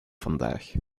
vandaag